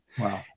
Wow